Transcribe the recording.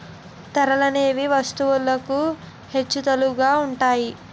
ధరలనేవి వస్తువులకు హెచ్చుతగ్గులుగా ఉంటాయి